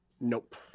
Nope